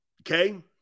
Okay